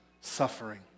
suffering